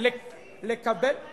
איך מהר למדת להסית, איך מהר.